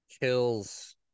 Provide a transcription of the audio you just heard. Kills